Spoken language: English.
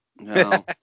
No